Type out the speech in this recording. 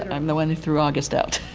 i'm the one who threw august out.